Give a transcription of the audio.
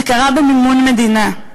זה קרה במימון מדינה.